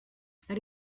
how